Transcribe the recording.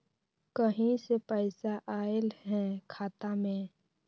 कहीं से पैसा आएल हैं खाता में?